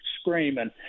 screaming